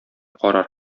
карар